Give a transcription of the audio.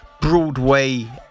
Broadway